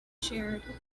shared